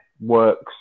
works